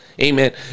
Amen